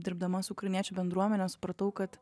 dirbdama su ukrainiečių bendruomene supratau kad